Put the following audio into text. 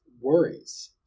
worries